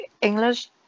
English